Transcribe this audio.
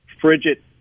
frigid